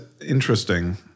interesting